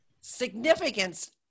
significance